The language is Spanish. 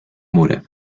mora